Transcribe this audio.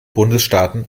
bundesstaaten